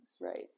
Right